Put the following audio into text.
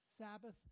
Sabbath